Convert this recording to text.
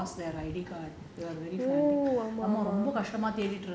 in temple somebody lost their I_D card we are very frantic